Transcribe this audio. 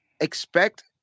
expect